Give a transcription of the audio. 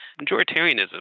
Majoritarianism